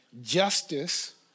justice